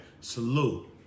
salute